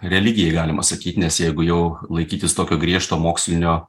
religijai galima sakyt nes jeigu jau laikytis tokio griežto mokslinio